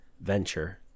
Venture